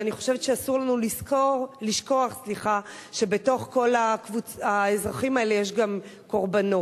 אני חושבת שאסור לנו לשכוח שבתוך כל האזרחים האלה יש גם קורבנות.